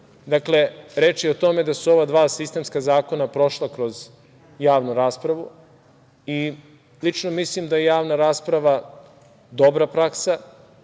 to. Dakle, reč je o tome da su ova dva sistemska zakona prošla kroz javnu raspravu i lično mislim da je javna rasprava dobra praksa,